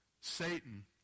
Satan